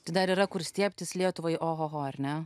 dar yra kur stiebtis lietuvai ohoho ar ne